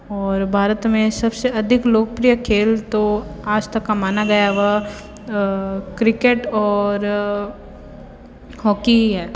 और भारत में सब से अधिक लोकप्रिय खेल तो आज तक का माना गया वह क्रिकेट और हॉकी ही है